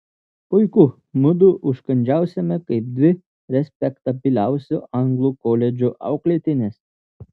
puiku mudu užkandžiausime kaip dvi respektabiliausio anglų koledžo auklėtinės